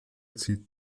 zieht